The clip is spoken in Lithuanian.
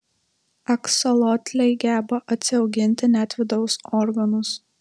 aksolotliai geba atsiauginti net vidaus organus